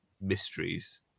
mysteries